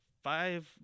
five